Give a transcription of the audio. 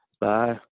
bye